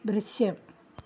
ദൃശ്യം